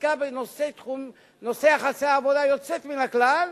חקיקה בנושא יחסי עבודה, יוצאת מן הכלל,